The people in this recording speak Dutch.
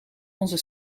onze